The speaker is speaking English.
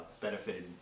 benefited